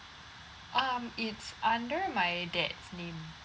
um it's under my dad's name